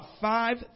five